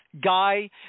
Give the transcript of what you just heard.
guy